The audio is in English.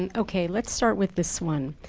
and ok. let's start with this one.